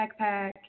backpack